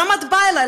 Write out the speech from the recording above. למה את באה אלי?